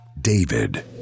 David